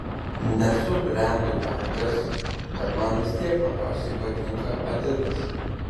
nesu brendų vergas bet man vis tiek labiausiai patinka adidas